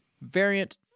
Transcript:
variant